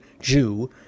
Jew